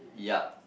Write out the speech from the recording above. yup